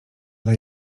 dla